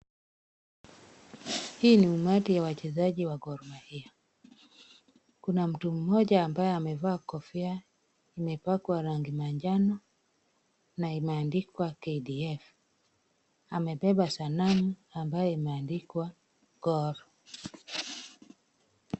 Hii ni umati ya wachezaji wa Gor mahia, kuna mtu mmoja ambaye amevaa kofia imepakwa rangi majano na imeandikwa KDF, amebeba sanamu ambayo imeandikwa Gor.